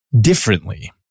differently